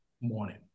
morning